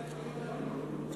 (שותק)